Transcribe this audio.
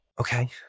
okay